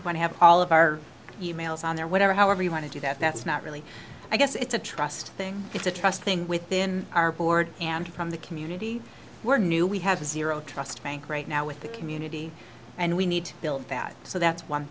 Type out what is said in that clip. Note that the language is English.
want to have all of our emails on there whatever however you want to do that that's not really i guess it's a trust thing it's a trust thing within our board and from the community we're new we have a zero trust bank right now with the community and we need to build that so that's one